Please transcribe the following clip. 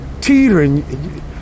teetering